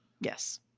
Yes